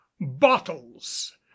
Bottles